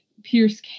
Pierce